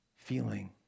feeling